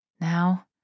Now